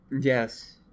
Yes